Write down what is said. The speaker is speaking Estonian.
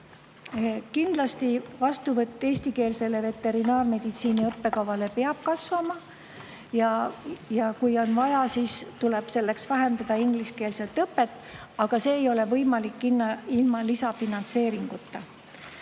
Kindlasti vastuvõtt eestikeelsele veterinaarmeditsiini õppekavale peab kasvama ja kui on vaja, siis tuleb selleks vähendada ingliskeelset õpet, aga see ei ole võimalik ilma lisafinantseeringuta.